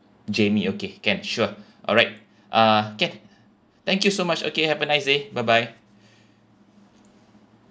jamie okay can sure alright uh can thank you so much okay have a nice day bye bye